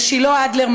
שילה אדלר,